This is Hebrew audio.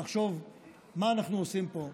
לחשוב מה אנחנו עושים פה,